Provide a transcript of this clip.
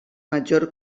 major